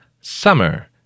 Summer